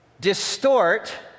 distort